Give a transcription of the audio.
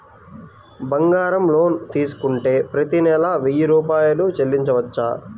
బంగారం లోన్ తీసుకుంటే ప్రతి నెల వెయ్యి రూపాయలు చెల్లించవచ్చా?